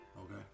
Okay